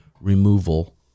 removal